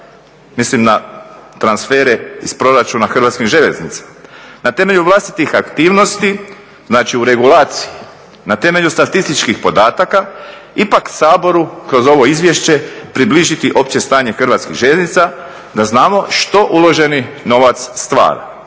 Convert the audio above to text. mislim na transfere iz proračuna HŽ-a na temelju vlastitih aktivnosti, znači u regulaciji, na temelju statističkih podataka ipak Saboru kroz ovo izvješće približiti opće stanje HŽ-a da znamo što uloženi novac stvara